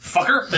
Fucker